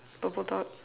purple top